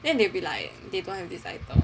then they'll be like they don't have this item